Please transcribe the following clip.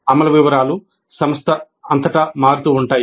అమలు వివరాలు సంస్థ అంతటా మారుతూ ఉంటాయి